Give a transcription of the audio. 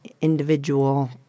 individual